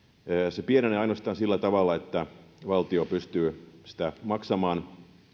se pienenee ainoastaan sillä tavalla että valtio pystyy sitä maksamaan